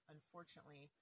Unfortunately